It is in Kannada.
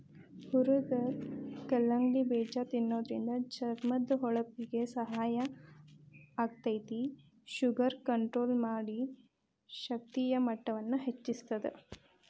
ಹುರದ ಕಲ್ಲಂಗಡಿ ಬೇಜ ತಿನ್ನೋದ್ರಿಂದ ಚರ್ಮದ ಹೊಳಪಿಗೆ ಸಹಾಯ ಆಗ್ತೇತಿ, ಶುಗರ್ ಕಂಟ್ರೋಲ್ ಮಾಡಿ, ಶಕ್ತಿಯ ಮಟ್ಟವನ್ನ ಹೆಚ್ಚಸ್ತದ